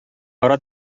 ара